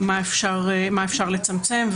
מה אפשר לצמצם.